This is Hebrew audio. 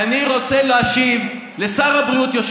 ותן לי לנהל את הישיבה.